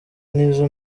nizo